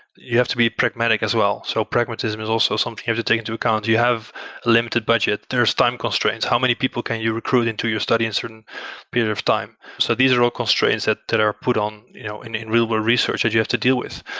you have to be pragmatic as well. so pragmatism is also something you have to take into account. you have a limited budget. there's time constraints. how many people can you recruit into your study in certain period of time? so these are all constraints that that are put on you know in in real-world research that you have to deal with.